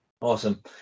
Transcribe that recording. Awesome